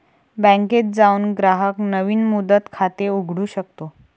बँकेत जाऊन ग्राहक नवीन मुदत खाते उघडू शकतो